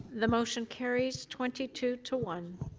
the motion carries twenty two two one.